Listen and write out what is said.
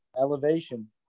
elevation